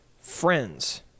friends